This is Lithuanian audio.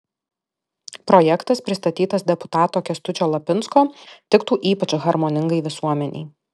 projektas pristatytas deputato kęstučio lapinsko tiktų ypač harmoningai visuomenei